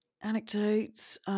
Anecdotes